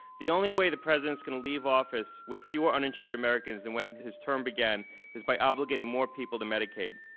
the only way the president is going to leave office with fewer uninsured americans than when his term began is by obligating more people to medicaid.